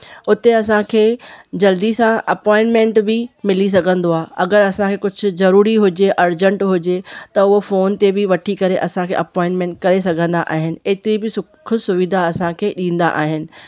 उते असांखे जल्दी सां अपोइंटमैंट बि मिली सघंदो आहे अगरि असांखे कुझु ज़रूरी हुजे अर्जेंट हुजे त उहो फोन ते बि वठी करे असांखे अपोइंटमैंट करे सघंदा आहिनि एतिरी बि सुखु सुविधा असांखे ॾींदा आहिनि